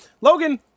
Logan